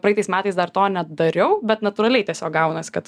praeitais metais dar to nedariau bet natūraliai tiesiog gaunas kad